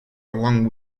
along